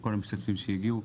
ולכל המשתתפים שהגיעו.